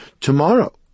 tomorrow